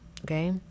Okay